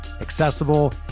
accessible